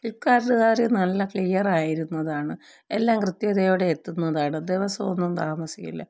ക്ലിപ്പ്കാർഡ്കാര് നല്ല ക്ലിയറായിരുന്നതാണ് എല്ലാം കൃത്യതയോടെ എത്തുന്നതാണ് ദിവസം ഒന്നും താമസിക്കില്ല